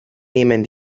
nehmen